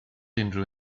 unrhyw